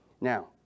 Now